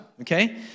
Okay